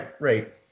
right